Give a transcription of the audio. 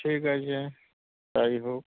ঠিক আছে তাই হোক